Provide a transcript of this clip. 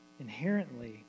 inherently